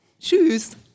Tschüss